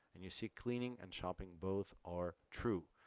and you see cleaning and shopping both are true.